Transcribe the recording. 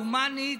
הומנית,